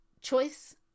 choice